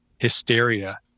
hysteria